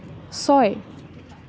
ছয়